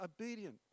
obedient